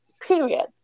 period